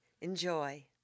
Enjoy